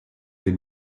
des